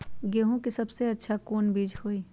गेंहू के सबसे अच्छा कौन बीज होई?